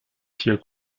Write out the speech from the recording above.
vier